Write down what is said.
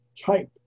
Type